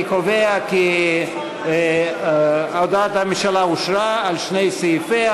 אני קובע כי הודעת הממשלה אושרה על שני סעיפיה,